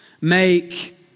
make